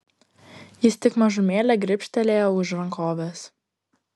jis tik mažumėlę gribštelėjo už rankovės